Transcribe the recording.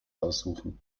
aussuchen